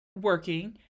working